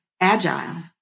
agile